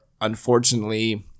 unfortunately